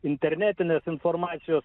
internetinės informacijos